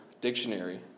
Dictionary